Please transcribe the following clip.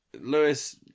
Lewis